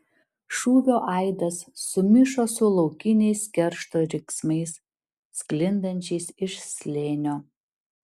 šūvio aidas sumišo su laukiniais keršto riksmais sklindančiais iš slėnio